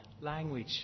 language